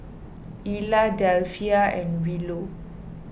Ilah Delphia and Willow